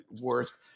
worth